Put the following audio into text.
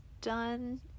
done